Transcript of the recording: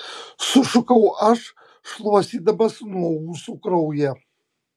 sušukau aš šluostydamas nuo ūsų kraują